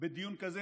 בדיון כזה.